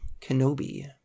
Kenobi